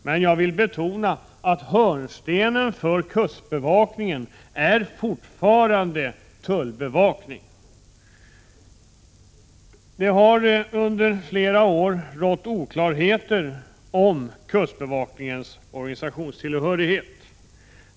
Men jag vill betona att hörnstenen för kustbevakningen fortfarande är tullbevakning. Det har under flera år rått oklarheter om kustbevakningens organisationstillhörighet.